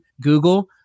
Google